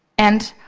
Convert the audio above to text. and,